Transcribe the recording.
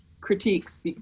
critiques